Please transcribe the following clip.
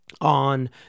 on